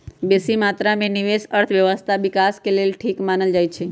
बेशी मत्रा में निवेश अर्थव्यवस्था विकास के लेल ठीक मानल जाइ छइ